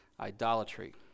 idolatry